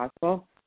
possible